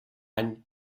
any